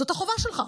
זאת החובה שלך.